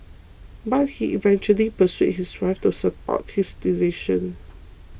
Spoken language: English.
but he eventually persuaded his wife to support his decision